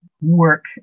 work